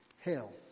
hell